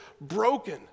broken